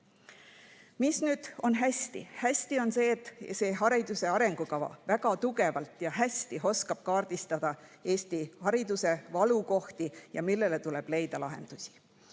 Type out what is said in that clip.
Mis nüüd on hästi? Hästi on see, et hariduse arengukava oskab väga tugevalt ja hästi kaardistada Eesti hariduse valukohti, kus tuleb leida lahendusi.